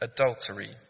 adultery